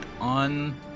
on